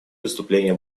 выступления